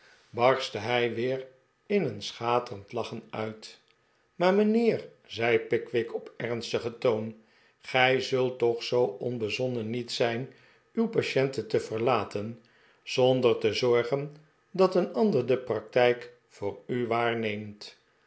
barstte hij weer in een schaterend lachen uit maar mijnheer zei pickwick op ernstigen toon gij zult toch zoo onbezonnen niet zijn uw patienten te verlaten zonder te zorgen dat een ander de praktijk voor u waarneemt